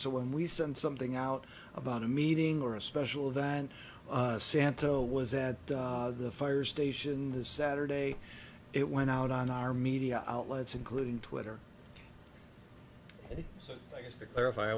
so when we send something out about a meeting or a special event santo was at the fire station this saturday it went out on our media outlets including twitter and so i guess the clarify